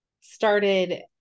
started